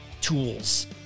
Tools